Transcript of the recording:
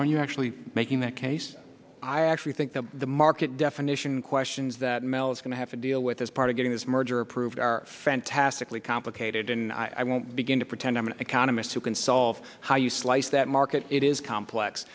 are you actually making that case i actually think that the market definition questions that mel is going to have to deal with is part of getting this merger approved are fantastically complicated and i won't begin to pretend i'm an economist who can solve how you slice that market it is complex